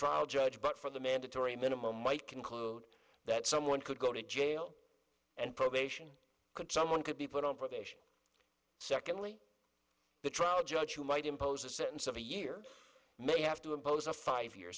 trial judge but for the mandatory minimum might conclude that someone could go to jail and probation could someone could be put on probation secondly the trial judge you might impose a sentence of a year of may have to impose a five year